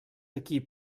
aquí